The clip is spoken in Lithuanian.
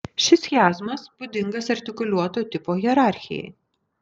šis chiazmas būdingas artikuliuoto tipo hierarchijai